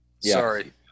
Sorry